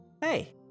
Hey